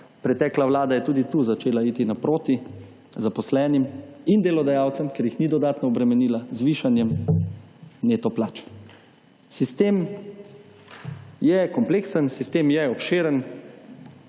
pretekla vlada je tudi tu začela iti naproti zaposlenim in delodajalcem, ker jih ni dodatno obremenila z višanjem neto plač. Sistem je kompleksen, sistem je obširen,